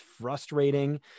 frustrating